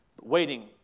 Waiting